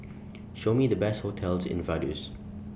Show Me The Best hotels in Vaduz